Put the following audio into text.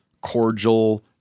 cordial